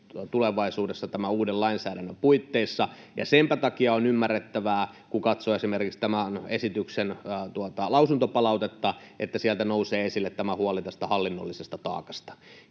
tulevaisuudessa tämän uuden lainsäädännön puitteissa. Ja senpä takia on ymmärrettävää, kun katsoo esimerkiksi tämän esityksen lausuntopalautetta, että sieltä nousee esille huoli tästä hallinnollisesta taakasta.